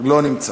לא נמצא,